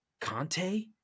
Conte